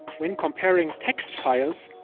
when comparing text files,